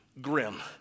grim